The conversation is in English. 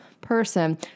person